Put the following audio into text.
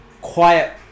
quiet